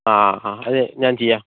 ആ ആ ആ അത് ഞാൻ ചെയ്യാം